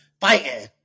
fighting